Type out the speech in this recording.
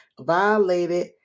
violated